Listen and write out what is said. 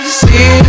see